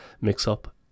mix-up